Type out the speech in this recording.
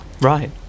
Right